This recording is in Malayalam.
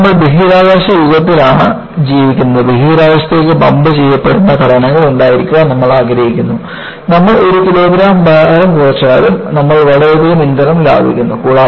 ഇപ്പോൾ നമ്മൾ ബഹിരാകാശ യുഗത്തിലാണ് ജീവിക്കുന്നത് ബഹിരാകാശത്തേക്ക് പമ്പ് ചെയ്യപ്പെടുന്ന ഘടനകൾ ഉണ്ടായിരിക്കാൻ നമ്മൾ ആഗ്രഹിക്കുന്നു നമ്മൾ ഒരു കിലോഗ്രാം ഭാരം കുറച്ചാലും നമ്മൾ വളരെയധികം ഇന്ധനം ലാഭിക്കുന്നു